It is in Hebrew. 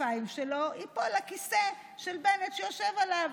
הכתפיים שלו ייפול הכיסא שבנט יושב עליו.